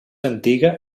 antiga